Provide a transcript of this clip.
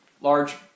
large